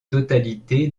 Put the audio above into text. totalité